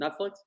Netflix